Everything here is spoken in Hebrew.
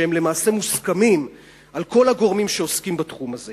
שלמעשה מוסכמים על כל הגורמים שעוסקים בתחום הזה.